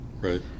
right